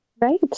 Right